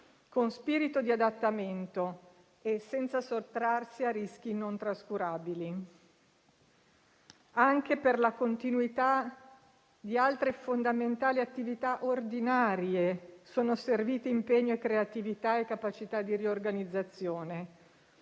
con spirito di adattamento e senza sottrarsi a rischi non trascurabili. Anche per la continuità di altre fondamentali attività ordinarie sono serviti impegno, creatività e capacità di riorganizzazione.